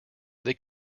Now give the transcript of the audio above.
they